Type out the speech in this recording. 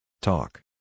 Talk